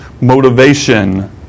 motivation